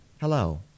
Hello